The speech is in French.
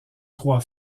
trois